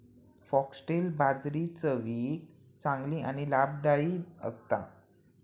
foxtail बाजरी चवीक चांगली आणि लाभदायी असता